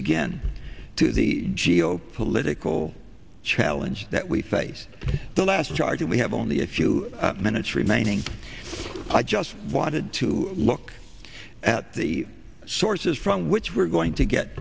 again to the geopolitical challenge that we face the last chart that we have only a few minutes remaining i just wanted to look at the sources from which we're going to get